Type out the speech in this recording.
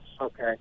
okay